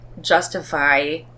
justify